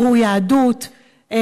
בירור יהדות,